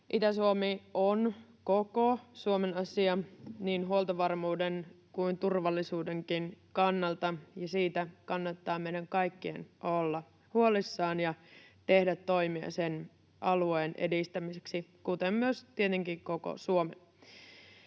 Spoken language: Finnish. Itä-Suomi on koko Suomen asia niin huoltovarmuuden kuin turvallisuudenkin kannalta, ja siitä kannattaa meidän kaikkien olla huolissamme ja tehdä toimia sen alueen edistämiseksi, kuten myös tietenkin koko Suomen.